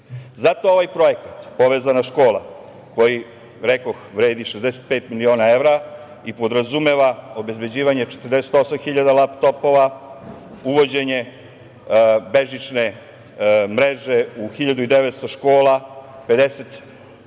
ovaj projekat „Povezana škola“ koji, rekoh, vredi 65 miliona evra i podrazumeva obezbeđivanje 48.000 laptopova, uvođenje bežične mreće u 1.900 škola, 50.000